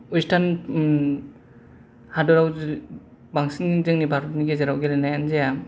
western हादोराव बांसिन जोंनि भारत हादराव गेलेनायानो जाया